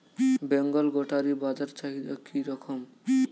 বেঙ্গল গোটারি বাজার চাহিদা কি রকম?